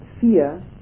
fear